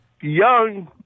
Young